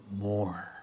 more